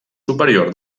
superior